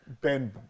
Ben